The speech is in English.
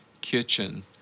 kitchen